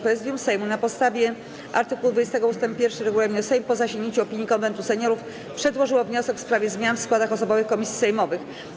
Prezydium Sejmu, na podstawie art. 20 ust. 1 regulaminu Sejmu, po zasięgnięciu opinii Konwentu Seniorów, przedłożyło wniosek w sprawie zmian w składach osobowych komisji sejmowych.